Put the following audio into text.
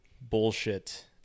bullshit